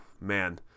man